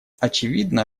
очевидно